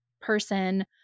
person